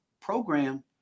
program